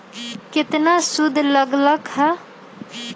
केतना सूद लग लक ह?